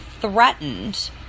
threatened